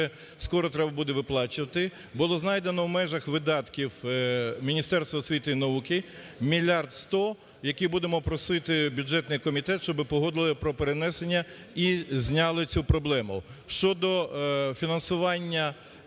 скоро треба буде виплачувати. Було знайдено, в межах видатків Міністерства освіти і науки мільярд сто, які будемо просити бюджетний комітет, щоб погодили про перенесення і зняли цю проблему. Щодо фінансування